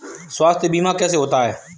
स्वास्थ्य बीमा कैसे होता है?